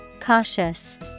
Cautious